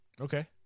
Okay